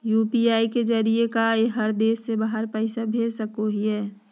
UPI के जरिए का हम देश से बाहर पैसा भेज सको हियय?